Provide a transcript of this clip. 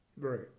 Right